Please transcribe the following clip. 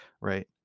Right